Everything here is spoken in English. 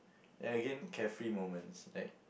then again carefree moments that